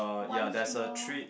one small